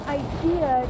idea